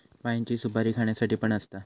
पाइनची सुपारी खाण्यासाठी पण असता